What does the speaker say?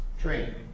train